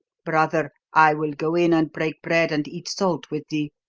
brother, i will go in and break bread and eat salt with thee,